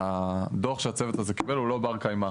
שהדוח שהצוות הזה קיבל הוא לא בר קיימא,